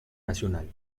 nacional